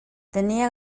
tenia